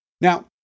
Now